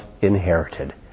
inherited